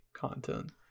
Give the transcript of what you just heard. content